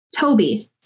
Toby